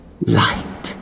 light